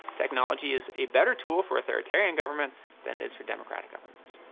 technology is a better tool for authoritarian governments than it is for democratic governments.